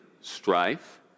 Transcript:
strife